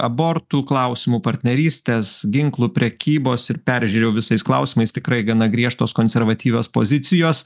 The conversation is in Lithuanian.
abortų klausimų partnerystės ginklų prekybos ir peržiūrėjau visais klausimais tikrai gana griežtos konservatyvios pozicijos